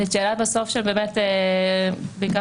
זאת שאלה חשובה, נכון.